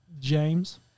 James